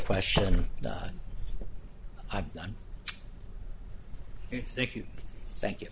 question i thank you thank you